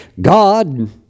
God